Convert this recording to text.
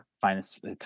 Finest